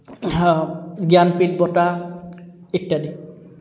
জ্ঞানপীঠ বঁটা ইত্যাদি